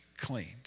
cleaned